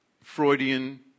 Freudian